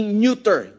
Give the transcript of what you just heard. neuter